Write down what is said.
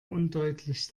undeutlich